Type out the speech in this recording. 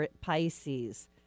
Pisces